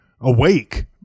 awake